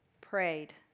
prayed